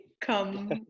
come